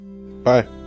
Bye